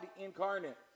incarnate